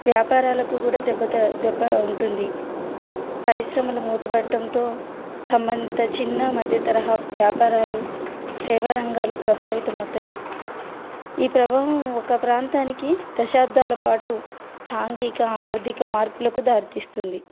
వ్యాపారాలకు కూడా దెబ్బ దెబ్బ ఉంటుంది పరిశ్రమలు మూతబడటంతో సంబంధిత చిన్న మధ్యతరహా వ్యాపారాలు సేవా రంగాలు ప్రభావితమవుతాయి ఈ ప్రభావం ఒక ప్రాంతానికి దశాబ్దాల పాటు సాంఘీక ఆర్థిక మార్పులకు దారితీస్తుంది